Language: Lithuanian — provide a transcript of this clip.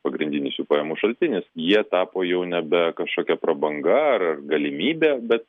pagrindinis jų pajamų šaltinis jie tapo jau nebe kažkokia prabanga ar galimybe bet